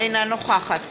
אינה נוכחת